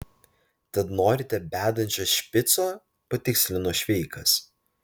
tad norite bedančio špico patikslino šveikas